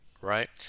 right